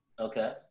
Okay